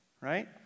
right